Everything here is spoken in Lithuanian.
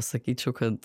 sakyčiau kad